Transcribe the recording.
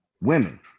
women